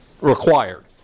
required